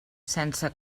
sense